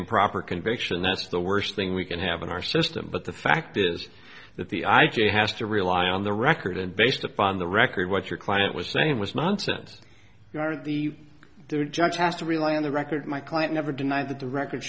improper conviction that's the worst thing we could have in our system but the fact is that the i g has to rely on the record and based upon the record what your client was saying was nonsense you are the judge has to rely on the record my client never denied that the record